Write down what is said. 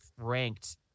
ranked